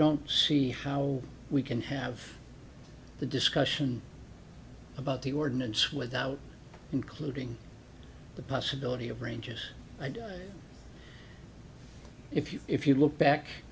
don't see how we can have the discussion about the ordinance without including the possibility of ranges i don't know if you if you look back